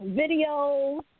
videos